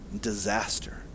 disaster